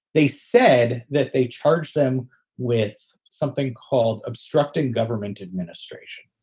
they said that they charged them with something called obstructing government administration.